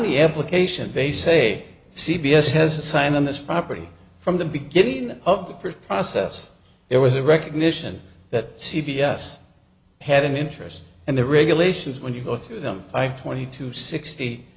the application based say c b s has a sign on this property from the beginning of the first process there was a recognition that c b s had an interest and the regulations when you go through them five twenty to sixty